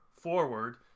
forward